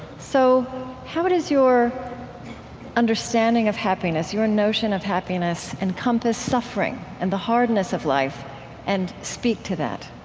so how does your understanding of happiness, your notion of happiness, encompass suffering and the hardness of life and speak to that?